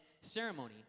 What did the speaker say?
ceremony